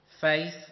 faith